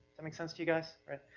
that make sense to you guys? alright.